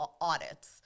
audits